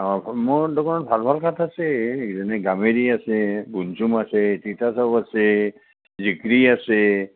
অঁ মোৰ দোকানত ভাল ভাল কাঠ আছে যেনে গামেৰি আছে বুনচুম আছে তিতাচপা আছে জিক্ৰী আছে